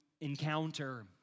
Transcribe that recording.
encounter